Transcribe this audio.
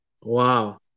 Wow